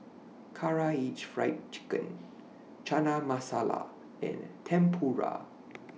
Karaage Fried Chicken Chana Masala and Tempura